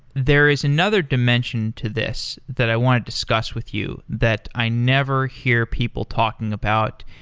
there is another dimension to this that i want to discuss with you that i never hear people talking about.